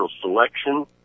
selection